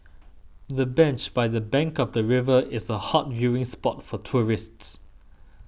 the bench by the bank of the river is a hot viewing spot for tourists